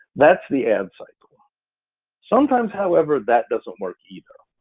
that's the answer. like ah sometimes, however, that doesn't work either.